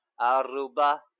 Aruba